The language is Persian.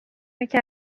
یکی